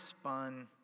spun